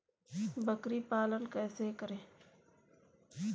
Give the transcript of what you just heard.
बकरी पालन कैसे करें?